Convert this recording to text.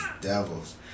devils